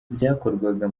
byakorwaga